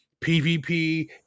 PvP